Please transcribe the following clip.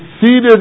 seated